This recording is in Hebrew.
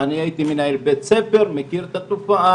אני הייתי מנהל בית ספר, אני מכיר את התופעה.